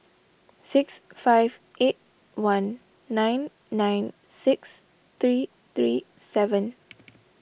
six five eight one nine nine six three three seven